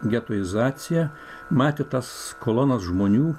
getuizacija matė tas kolonos žmonių